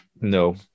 No